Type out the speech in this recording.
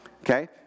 Okay